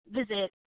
visit